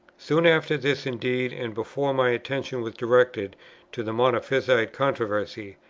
soon after this indeed, and before my attention was directed to the monophysite controversy,